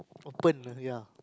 open ya